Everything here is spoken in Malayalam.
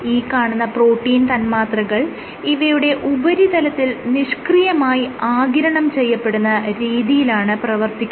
ഈ കാണുന്ന പ്രോട്ടീൻ തന്മാത്രകൾ ഇവയുടെ ഉപരിതലത്തിൽ നിഷ്ക്രിയമായി ആഗിരണം ചെയ്യപ്പെടുന്ന രീതിയിലാണ് പ്രവർത്തിക്കുന്നത്